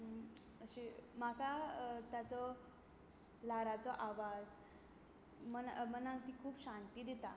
म्हाका तांचो ल्हारांचो आवाज मनाक तीं खूब शांती दितात